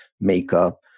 makeup